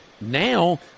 Now